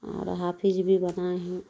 اور حافظ بھی بنائے ہیں